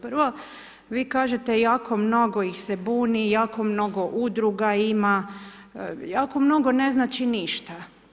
Prvo, vi kažete, jako mnogo ih se buni, jako mnogo udruga ima, jako mnogo, ne znači ništa.